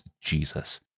Jesus